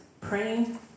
praying